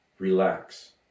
relax